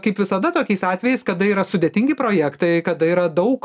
kaip visada tokiais atvejais kada yra sudėtingi projektai kada yra daug